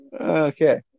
Okay